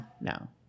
No